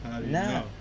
No